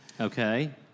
Okay